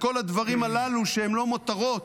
לכל הדברים הללו, שהם לא מותרות,